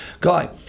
guy